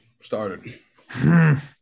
started